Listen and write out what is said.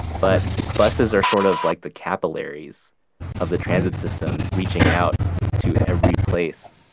but buses are sort of like the capillaries of the transit system reaching out to every place